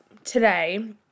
today